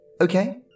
Okay